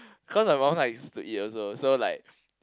cause my mom likes to eat also so like